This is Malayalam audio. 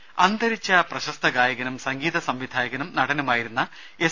രുര അന്തരിച്ച പ്രശസ്ത ഗായകനും സംഗീത സംവിധായകനും നടനുമായിരുന്ന എസ്